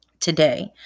today